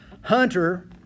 Hunter